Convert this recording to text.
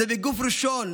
זה מגוף ראשון,